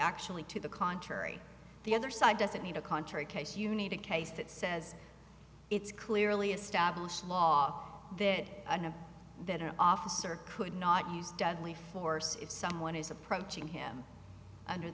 actually to the contrary the other side doesn't need a contrary case you need a case that says it's clearly established law then i know that an officer could not use deadly force if someone is approaching him under